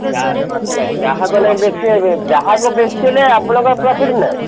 ଗ୍ରା ହେଲା ଗ୍ରାହକ ବେଶୀ ହେବେ ଗ୍ରାହକ ବେଶୀ ହେଲେ ଆପଣଙ୍କ ପ୍ରଫିଟ୍ ହେବ